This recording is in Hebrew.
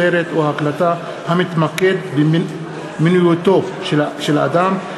סרט או הקלטה המתמקד במיניותו של אדם),